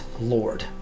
Lord